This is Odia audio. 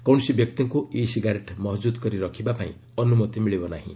କୌଣସି ବ୍ୟକ୍ତିଙ୍କୁ ଇ ସିଗାରେଟ୍ ମହକୁଦ କରି ରଖିବା ପାଇଁ ଅନୁମତି ମିଳିବ ନାହିଁ